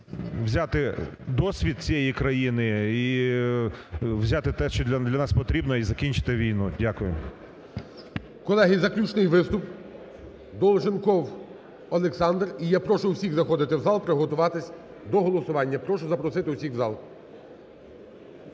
взяти досвід цієї країни, і взяти те, що для нас потрібно, і закінчити війну. Дякую. ГОЛОВУЮЧИЙ. Колеги, заключний виступ, Долженков Олександр. І я прошу всіх заходити в зал, приготуватись до голосування. Прошу запросити всіх в зал.